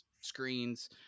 screens